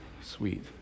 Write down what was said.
Sweet